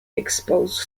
exposed